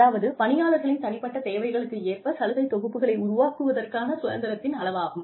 அதாவது பணியாளர்களின் தனிப்பட்ட தேவைகளுக்கு ஏற்ப சலுகை தொகுப்புகளை உருவாக்குவதற்கான சுதந்திரத்தின் அளவாகும்